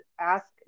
Ask